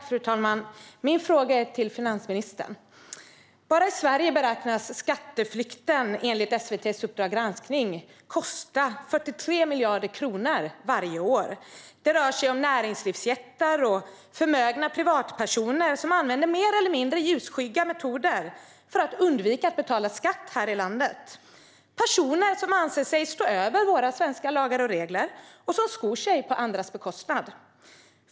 Fru talman! Min fråga går till finansministern. Bara i Sverige beräknas skatteflykten, enligt SVT:s Uppdrag granskning , kosta 43 miljarder kronor varje år. Det rör sig om näringslivsjättar och förmögna privatpersoner som använder mer eller mindre ljusskygga metoder för att undvika att betala skatt här i landet. Det är personer som anser sig stå över våra svenska lagar och regler och som skor sig på andras bekostnad.